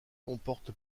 comporte